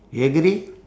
you agree